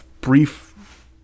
brief